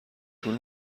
طول